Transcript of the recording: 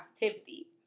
positivity